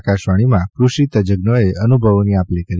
આકાશવાણીમાં કૃષિ તજજ્ઞોએ અનુભવોની આપ લે કરી